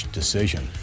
decision